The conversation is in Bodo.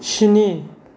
स्नि